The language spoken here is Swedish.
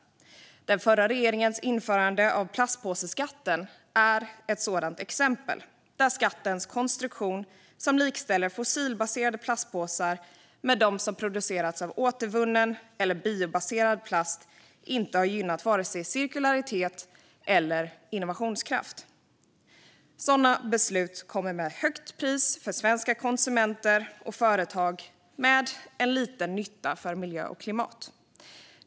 Den förra regeringens införande av plastpåseskatten är ett sådant exempel. Skattens konstruktion, där fossilbaserade plastpåsar likställs med de påsar som har producerats av återvunnen eller biobaserad plast, har inte gynnat vare sig cirkularitet eller innovationskraft. Sådana beslut kommer med ett högt pris för svenska konsumenter och företag och innebär liten nytta för miljö och klimat.